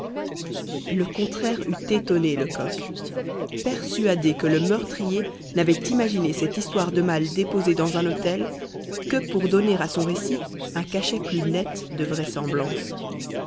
le contraire eût étonné lecoq persuadé que le meurtrier n'avait imaginé cette histoire de malle déposée dans un hôtel que pour donner à son récit un cachet plus net de vraisemblance